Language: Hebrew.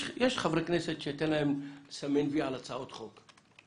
יש חברי כנסת שתן להם לסמן וי על הצעות חוק,